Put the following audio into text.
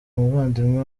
umuvandimwe